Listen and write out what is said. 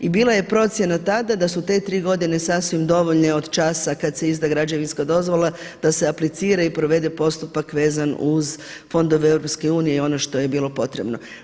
I bila je procjena tada da su te tri godine sasvim dovoljne od časa kada se izda građevinska dozvola da se aplicira i provede postupak vezan uz fondove EU i ono što je bilo potrebno.